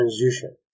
transition